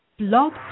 blog